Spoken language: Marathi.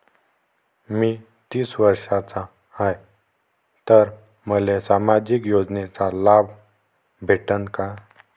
मी तीस वर्षाचा हाय तर मले सामाजिक योजनेचा लाभ भेटन का?